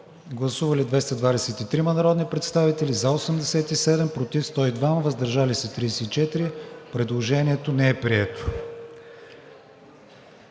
Гласували 212 народни представители: за 83, против 103, въздържали се 26. Предложението не е прието.